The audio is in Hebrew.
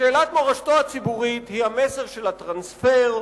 ושאלת מורשתו הציבורית היא המסר של הטרנספר,